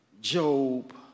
Job